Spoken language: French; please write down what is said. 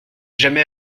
jamais